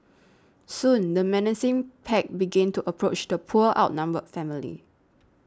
soon the menacing pack began to approach the poor outnumbered family